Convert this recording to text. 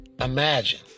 Imagine